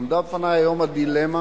עמדה בפני היום הדילמה